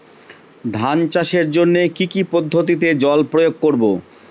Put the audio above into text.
ধান চাষের জন্যে কি কী পদ্ধতিতে জল প্রয়োগ করব?